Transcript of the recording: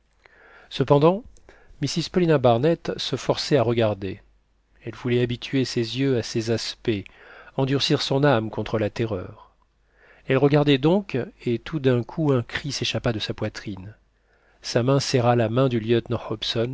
cependant mrs paulina barnett se forçait à regarder elle voulait habituer ses yeux à ces aspects endurcir son âme contre la terreur elle regardait donc et tout d'un coup un cri s'échappa de sa poitrine sa main serra la main du lieutenant